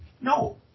No